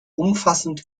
umfassend